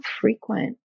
frequent